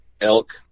elk